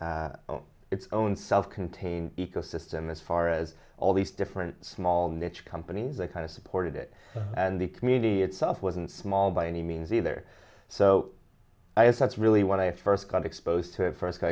its own self contained ecosystem as far as all these different small niche companies are kind of supported it and the community itself wasn't small by any means either so i guess that's really when i first got exposed to